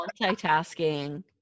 multitasking